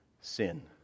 sin